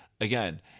again